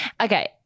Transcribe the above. okay